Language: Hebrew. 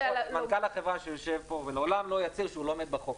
מנכ"ל החברה שיושב פה לעולם לא יצהיר שהוא לא עומד בחוק.